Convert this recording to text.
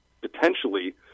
potentially